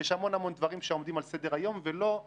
יש המון המון דברים שעומדים על סדר-היום ולא ראש ממשלה.